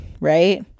Right